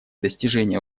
достижения